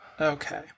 Okay